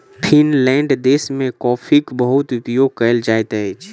Finland देश में कॉफ़ीक बहुत उपयोग कयल जाइत अछि